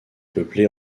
peuplée